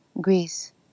Greece